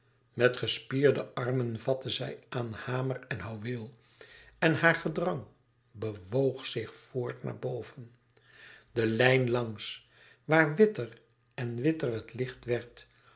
met gespierde armen vatten zij aan hamer en houweel en haar gedrang bewoog zich voort naar boven de lijn langs waar witter en witter het licht werd